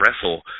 wrestle